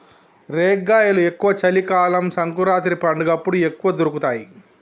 రేగ్గాయలు ఎక్కువ చలి కాలం సంకురాత్రి పండగప్పుడు ఎక్కువ దొరుకుతాయి